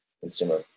consumer